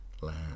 land